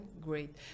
great